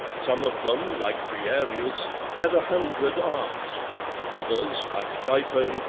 some of them, like briareus, had a hundred arms others, like typhon,